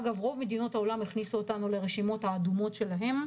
רוב מדינות העולם הכניסו אותנו לרשימות האדומות שלהן,